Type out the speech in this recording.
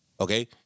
Okay